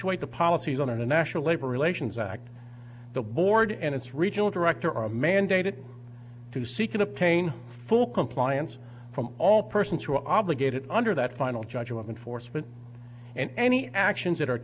effectuate the policies on the national labor relations act the board and its regional director are mandated to see can obtain full compliance from all persons who are obligated under that final judgment foresman and any actions that are